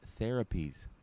therapies